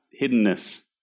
hiddenness